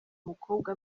mukobwa